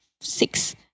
six